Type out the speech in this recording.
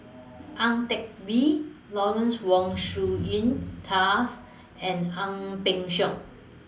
Ang Teck Bee Lawrence Wong Shyun Tsai and Ang Peng Siong